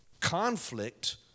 Conflict